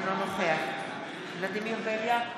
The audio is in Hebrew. אינו נוכח ולדימיר בליאק,